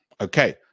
Okay